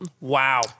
Wow